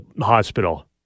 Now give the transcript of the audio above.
hospital